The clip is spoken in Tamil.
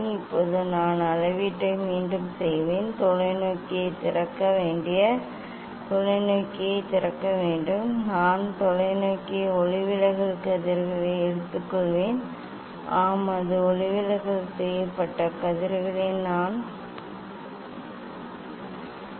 இப்போது நான் அளவீட்டை மீண்டும் செய்வேன் தொலைநோக்கியைத் திறக்க வேண்டிய தொலைநோக்கியைத் திறக்க வேண்டும் நான் தொலைநோக்கியை ஒளிவிலகல் கதிர்களில் எடுத்துக்கொள்வேன் ஆம் அது ஒளிவிலகல் செய்யப்பட்ட கதிர்களில் நான் அதைப் பூட்டுவேன் வெர்னியர் 1 மற்றும் வெர்னியர் 2 க்கான வாசிப்பை எடுத்துக்கொள்வதற்கு சிறந்த திருகு பயன்படுத்துவேன்